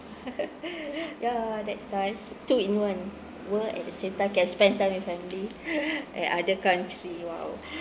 ya that's nice two in one you all at the same time can spend time with family at other country !wow!